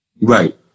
Right